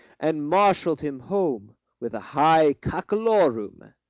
and marshalled him home with a high cockolorum.